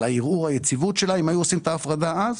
על ערעור היציבות שלה אם היו עושים את ההפרדה אז.